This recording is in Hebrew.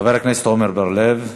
חבר הכנסת עמר בר-לב.